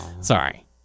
Sorry